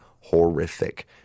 horrific